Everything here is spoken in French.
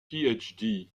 phd